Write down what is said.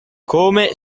come